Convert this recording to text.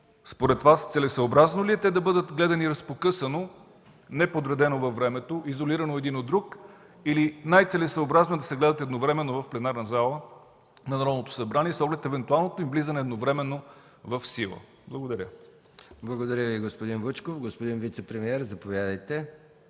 според Вас целесъобразно ли е те да бъдат гледани разпокъсано, неподредено във времето, изолирано един от друг, или най-целесъобразно е да се гледат едновременно в пленарната зала на Народното събрание, с оглед евентуалното им влизане едновременно в сила? Благодаря. ПРЕДСЕДАТЕЛ МИХАИЛ МИКОВ: Благодаря Ви, господин Вучков. Господин вицепремиер, заповядайте.